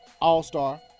all-star